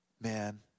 Man